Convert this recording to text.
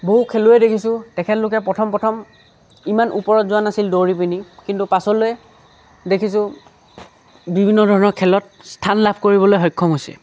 বহু খেলুৱৈ দেখিছোঁ তেখেতলোকে প্ৰথম প্ৰথম ইমান ওপৰত যোৱা নাছিল দৌৰি পিনি কিন্তু পাছলৈ দেখিছোঁ বিভিন্ন ধৰণৰ খেলত স্থান লাভ কৰিবলৈ সক্ষম হৈছে